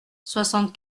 soixante